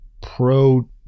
Pro